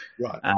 right